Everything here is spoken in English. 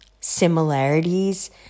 similarities